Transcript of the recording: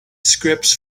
scripts